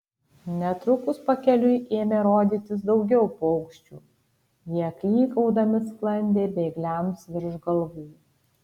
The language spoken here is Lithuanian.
netrukus pakeliui ėmė rodytis daugiau paukščių jie klykaudami sklandė bėgliams virš galvų